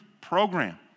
program